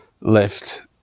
left